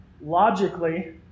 logically